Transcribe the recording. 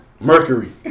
Mercury